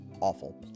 awful